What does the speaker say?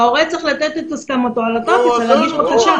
ההורה צריך לתת את הסכמתו על הטופס ולהגיש בקשה.